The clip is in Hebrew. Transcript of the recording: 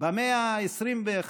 במאה ה-21,